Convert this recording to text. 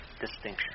distinction